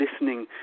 listening